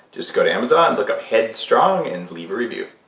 just go to amazon and look up headstrong and leave a review